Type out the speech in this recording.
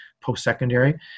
post-secondary